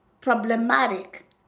problematic